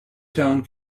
town